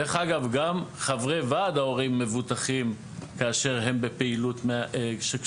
דרך אגב גם חברי וועד ההורים מבוטחים כאשר הם בפעילות הקשורה